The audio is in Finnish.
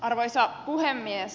arvoisa puhemies